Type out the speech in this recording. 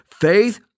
Faith